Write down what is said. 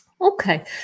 Okay